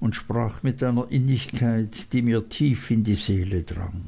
und sprach mit einer innigkeit die mir tief in die seele drang